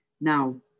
now